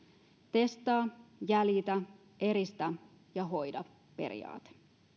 testaa jäljitä eristä ja hoida periaate